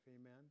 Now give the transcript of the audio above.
Amen